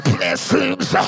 Blessings